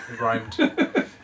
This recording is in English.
rhymed